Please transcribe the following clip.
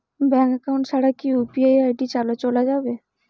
Bank account ছাড়া কি UPI ID চোলা যাবে?